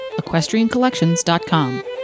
EquestrianCollections.com